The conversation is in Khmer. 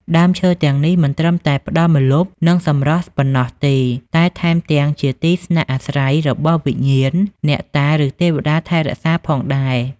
ដើមឈើទាំងនេះមិនត្រឹមតែផ្តល់ម្លប់ និងសម្រស់ប៉ុណ្ណោះទេ តែថែមទាំងជាទីស្នាក់អាស្រ័យរបស់វិញ្ញាណ អ្នកតា ឬទេវតាថែរក្សាផងដែរ។